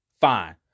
fine